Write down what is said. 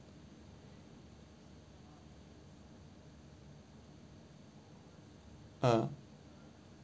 uh